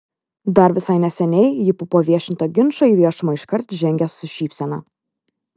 dar visai neseniai ji po paviešinto ginčo į viešumą iškart žengė su šypsena